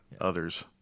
others